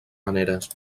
maneres